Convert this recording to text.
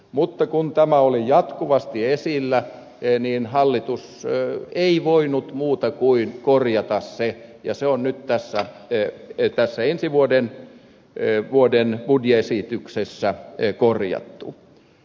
mutta kun tämä oli jatkuvasti esillä niin hallitus ei voinut muuta kuin korjata sen ja se on nyt tässä ensi vuoden budjettiesityksessä korjattu